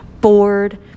bored